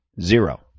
zero